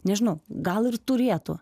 nežinau gal ir turėtų